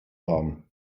haben